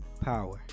power